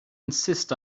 insist